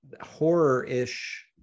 horror-ish